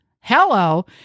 hello